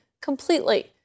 completely